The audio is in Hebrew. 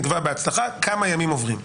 סכום חוב שכן נגבה בהצלחה כמה ימים עוברים?